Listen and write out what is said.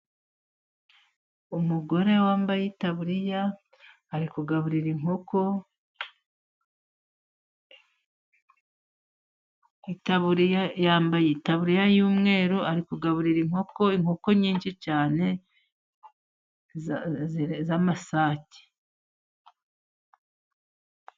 Umugore wambaye itaburiya ari kugaburira inkoko. Yambaye itaburiya y'umweru ari kugaburira inkoko inkoko nyinshi cyane z'amasake.